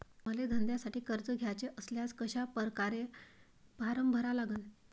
मले धंद्यासाठी कर्ज घ्याचे असल्यास कशा परकारे फारम भरा लागन?